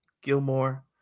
Gilmore